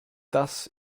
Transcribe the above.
das